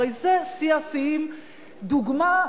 ראש ממשלה,